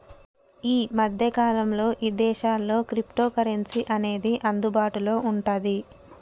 యీ మద్దె కాలంలో ఇదేశాల్లో క్రిప్టోకరెన్సీ అనేది అందుబాటులో వుంటాంది